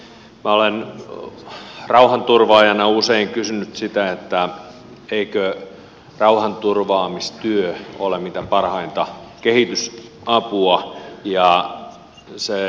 minä olen rauhanturvaajana usein kysynyt sitä että eikö rauhanturvaamistyö ole mitä parhainta kehitysapua